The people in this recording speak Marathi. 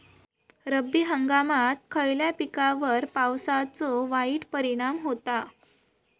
रब्बी हंगामात खयल्या पिकार पावसाचो वाईट परिणाम होता?